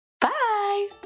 Bye